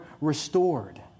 restored